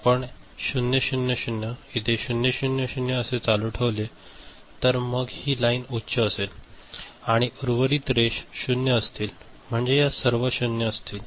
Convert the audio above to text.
आपण 0 0 0 इथे 0 0 0 असे चालू ठेवले तर मग ही लाईन उच्च असेल आणि उर्वरित रेष 0 असतील म्हणजे या सर्व 0 असतील